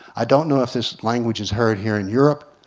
i don't know if this language is heard here in europe,